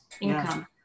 income